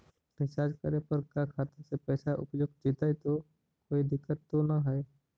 Recharge करे पर का खाता से पैसा उपयुक्त जितै तो कोई दिक्कत तो ना है?